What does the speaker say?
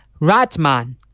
Ratman